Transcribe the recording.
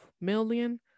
million